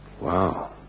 Wow